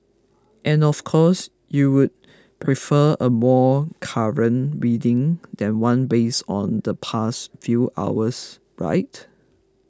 and of course you would prefer a more current reading than one based on the past few hours right